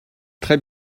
très